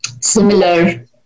similar